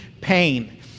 pain